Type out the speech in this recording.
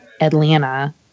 Atlanta